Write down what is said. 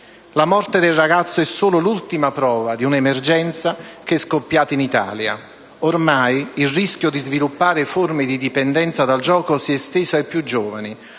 La morte del ragazzo è solo l'ultima prova di un'emergenza che è scoppiata in Italia. Ormai, il rischio di sviluppare forme di dipendenza dal gioco si è esteso ai più giovani: